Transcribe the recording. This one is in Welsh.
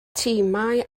timau